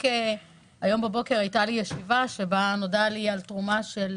רק היום בבוקר הייתה לי ישיבה שבה נודע לי על תרומה של